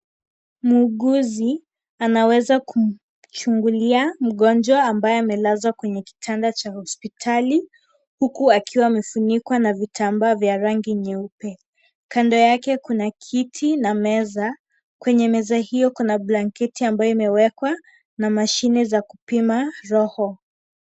Muuguzi anaweza kumchungulia mgonjwa ambaye amelazwa kwenye kitanda cha hospitali, huku akiwa amefunikwa na vitambaa vya rangi nyeupe. Kando yake kuna kiti na meza, kwenye meza hiyo kuna blanketi ambayo imewekwa na mashine za kupima roho.